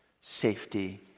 safety